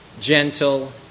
gentle